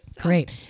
Great